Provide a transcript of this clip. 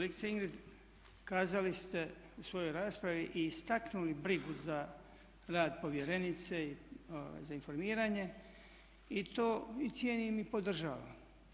Kolegice Ingrid kazali ste u svojoj raspravi i istaknuli brigu za rad povjerenice za informiranje i to cijenim i podržavam.